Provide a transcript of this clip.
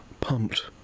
Pumped